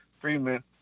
Freeman